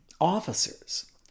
officers